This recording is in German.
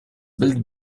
bild